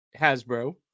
Hasbro